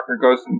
goes